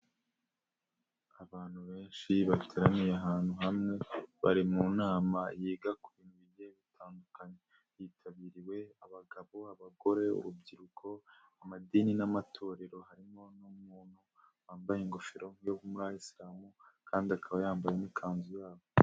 Abantu benshi bateraniye ahantu hamwe bari mu nama yiga ku bintu bigiye bitandukanye yitabiriwe abagabo, abagore, urubyiruko, amadini n'amatorero harimo n'umuntu wambaye ingofero yo muri ayisiramu kandi akaba yambaye n'ikanzu yabo.